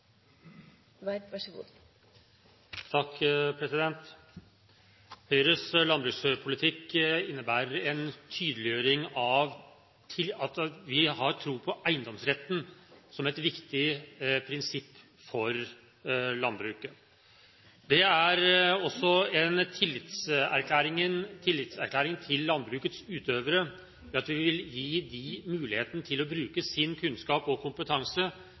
Høyres landbrukspolitikk innebærer en tydeliggjøring av at vi har tro på eiendomsretten som et viktig prinsipp for landbruket. Det er også en tillitserklæring til landbrukets utøvere, ved at vi vil gi dem muligheten til å bruke sin kunnskap og kompetanse